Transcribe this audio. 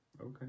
Okay